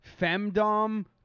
femdom